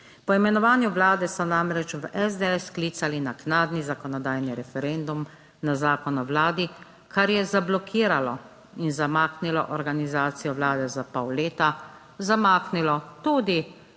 Po imenovanju vlade so namreč v SDS sklicali naknadni zakonodajni referendum na zakon o vladi, kar je zablokiralo in zamaknilo organizacijo vlade za pol leta. Zamaknilo tudi